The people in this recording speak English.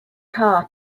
car